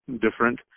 different